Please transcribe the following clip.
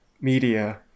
media